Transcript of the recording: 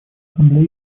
ассамблее